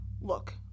Look